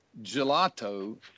gelato